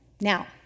Now